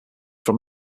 from